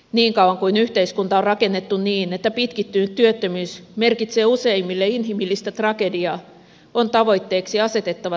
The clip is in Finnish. niin kauan kuin yhteiskunta on rakennettu niin että pitkittynyt työttömyys merkitsee useimmille inhimillistä tragediaa on tavoitteeksi asetettava täystyöllisyys